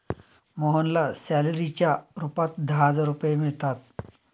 मोहनला सॅलरीच्या रूपात दहा हजार रुपये मिळतात